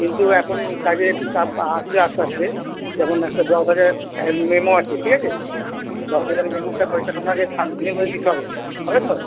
কিন্তু এখন কাজের একটু চাপ বা আসছে আস্তে আস্তে যেমন একটা দশ হাজারের প্রায় মেমো আছে ঠিক আছে দশ হাজারের মেমোটা ওইটা তোমাকে সাতদিনের মধ্যে দিতে হবে হবে তো